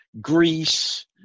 Greece